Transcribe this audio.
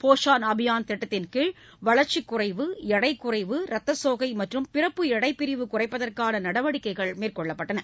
போஷான் அபியான் திட்டத்தின்கீழ் வளா்ச்சிக்குறைவு எடைக்குறைவு ரத்த சோகை மற்றும் பிறப்பு எடைப்பிரிவு குறைப்பதற்கான நடவடிக்கைகள் மேற்கொள்ளப்பட்டது